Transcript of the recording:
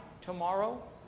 tomorrow